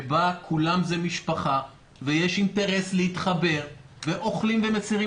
שבה כולם זה משפחה ויש אינטרס להתחבר ואוכלים ומסירים